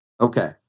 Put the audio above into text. Okay